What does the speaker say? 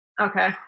Okay